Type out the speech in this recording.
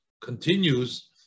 continues